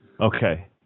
Okay